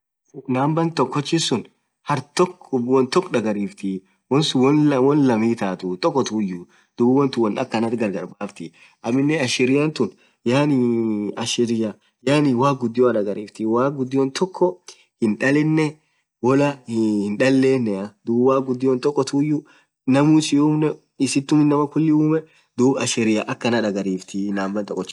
number tokkchi sunn hartokk won tokk dhagariftii won won laam hithathu tokkthuyu dhub wonthuun won akhan thii gargar basith aminen ashiria tuun yaani ashiria yaani waq ghudio dhariftiii waq ghudio tokk hindhalene Wala hindhalenea dhub waq ghudio tokkothuyu namuu isiumne isithum inamaa khulii umeee dhub ashiria akhana dhagariftii